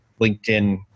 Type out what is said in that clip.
LinkedIn